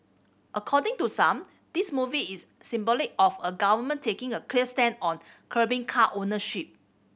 according to some this move is symbolic of a government taking a clear stand on curbing car ownership